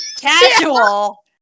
Casual